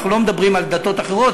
אנחנו לא מדברים על דתות אחרות,